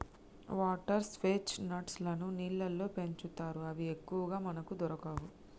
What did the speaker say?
water chestnuts లను నీళ్లల్లో పెంచుతారు అవి ఎక్కువగా మనకు దొరకవు